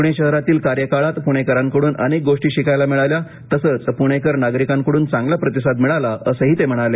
पुणे शहरातील कार्यकाळात पुणेकरांकडून अनेक गोष्टी शिकायला मिळाल्या तसंच पुणेकर नागरिकांकडून चांगला प्रतिसाद मिळाला असंही ते म्हणाले